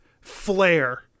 flare